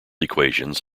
equations